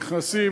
נכנסים,